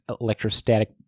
Electrostatic